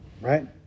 Right